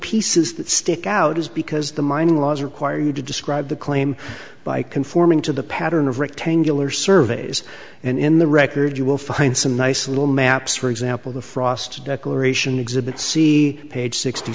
pieces that stick out is because the mining laws require you to describe the claim by conforming to the pattern of rectangular surveys and in the record you will find some nice little maps for example the frost declaration exhibit c page sixty